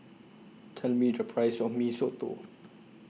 Tell Me The Price of Mee Soto